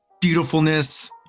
beautifulness